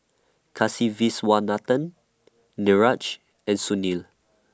Kasiviswanathan Niraj and Sunil